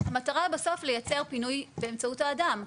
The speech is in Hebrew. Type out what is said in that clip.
המטרה היא בסוף לייצר פינוי באמצעות האדם.